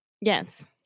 yes